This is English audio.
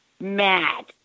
mad